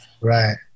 right